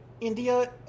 India